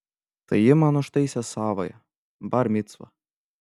tai ji man užtaisė savąją bar micvą